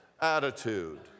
attitude